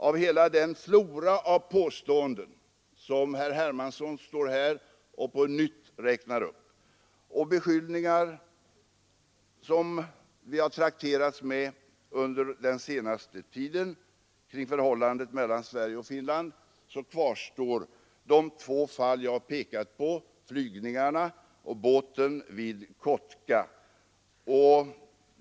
Av hela den flora av påståenden som herr Hermansson står här och på nytt räknar upp och av de beskyllningar som vi har trakterats med under den senaste tiden kring förhållandet mellan Sverige och Finland kvarstår de två fall jag har pekat på: flygningarna och båten vid Kotka.